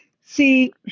See